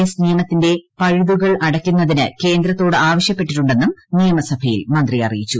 S നിയമത്തിന്റെ പഴുതുകൾ അടയ്ക്കുന്നതിന് കേന്ദ്രത്തോട് ആവശ്യപ്പെട്ടിട്ടുണ്ടെന്ന് നിയമുസ്ഭയിൽ മന്ത്രി അറിയിച്ചു